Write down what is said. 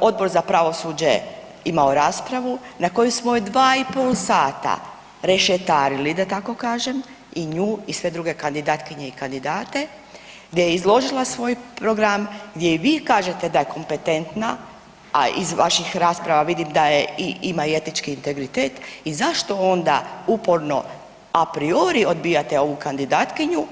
Odbor za pravosuđe imao raspravu, na koju smo je 2 i pol sata rešetarili, da tako kažem, i nju i sve druge kandidatkinje i kandidate, gdje je izložila svoj program, gdje i vi kažete da je kompetentna, a iz vaših rasprava vidim da je ima i etički integritet i zašto onda uporno apriori odbijate ovu kandidatkinju?